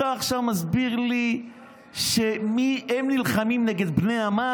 אתה עכשיו מסביר לי שהם נלחמים נגד בני עמם.